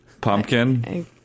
pumpkin